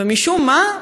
ומשום מה,